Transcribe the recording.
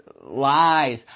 lies